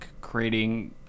creating